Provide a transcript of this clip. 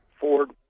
Ford